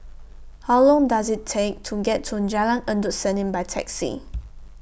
How Long Does IT Take to get to Jalan Endut Senin By Taxi